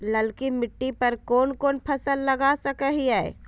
ललकी मिट्टी पर कोन कोन फसल लगा सकय हियय?